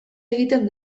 egiten